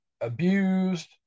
abused